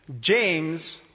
James